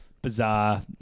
bizarre